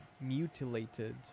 mutilated